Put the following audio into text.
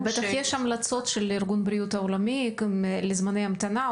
בטח יש המלצות של ארגון הבריאות העולמי לזמני המתנה,